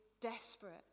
desperate